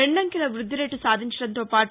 రెండంకెల వృద్దిరేటు సాధించడంతో పాటు